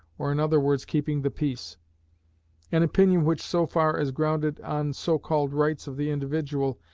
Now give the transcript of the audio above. or in other words keeping the peace an opinion which, so far as grounded on so-called rights of the individual,